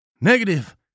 Negative